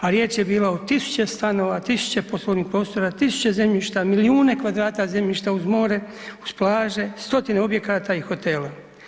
A riječ je bila o 1000 stanova, o 1000 poslovnih prostora, 1000 zemljišta, milijune kvadrata zemljišta uz more, uz plaže, stotine objekata i hotela.